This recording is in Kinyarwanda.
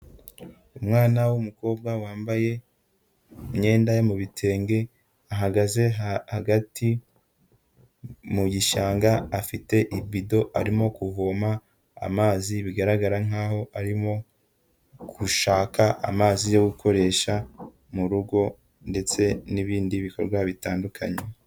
Umwana w'umukobwa wambaye imyenda yo mu bitenge, ahagaze hagati mu gishyaga afite ibido arimo kuvoma amazi, bigaragara nkaho arimo gushaka amazi yo gukoresha mu rugo ndetse n'ibindi bikorwa bitandukanye.